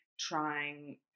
trying